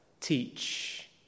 teach